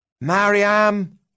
Mariam